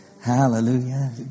Hallelujah